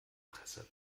presse